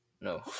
No